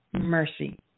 mercy